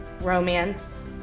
romance